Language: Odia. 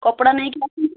କପଡ଼ା ନେଇକି ଆସି